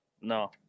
No